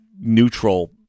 neutral